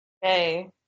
Hey